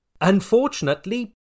Unfortunately